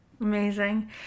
Amazing